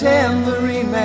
Tambourine